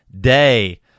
day